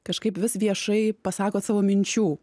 kažkaip vis viešai pasakot savo minčių